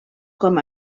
com